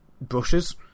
brushes